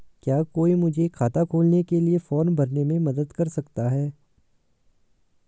क्या कोई मुझे खाता खोलने के लिए फॉर्म भरने में मदद कर सकता है?